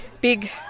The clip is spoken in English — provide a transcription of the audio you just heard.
big